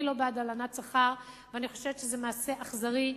אני לא בעד הלנת שכר, ואני חושבת שזה מעשה אכזרי.